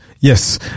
Yes